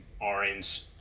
orange